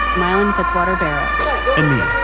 miellyn fitzwater barrows, and me.